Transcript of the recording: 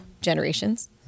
generations